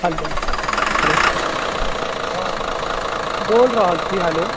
hello hello हाँ बोल रहल छी हेलो